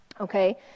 Okay